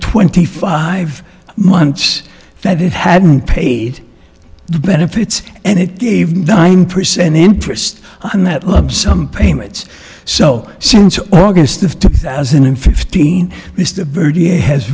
twenty five months that it hadn't paid the benefits and it gave nine percent interest on that love some payments so since august of two thousand and fifteen mr birdie has